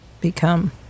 become